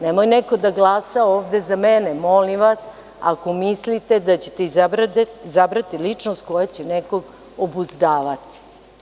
Nemoj neko da glasa ovde za mene, molim vas, ako mislite da ćete izabrati ličnost koja će nekog obuzdavati.